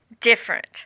different